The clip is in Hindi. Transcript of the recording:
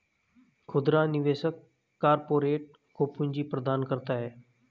खुदरा निवेशक कारपोरेट को पूंजी प्रदान करता है